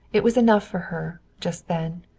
it was enough for her, just then,